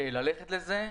ללכת לזה.